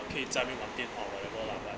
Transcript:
可以站与玩电脑 whatever but